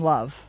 Love